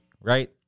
right